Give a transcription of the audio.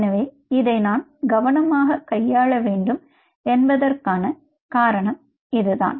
எனவே இதை நான் கவனமாக கையாள வேண்டும் என்பதற்கான காரணம் இதுதான்